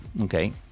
okay